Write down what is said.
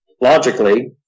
logically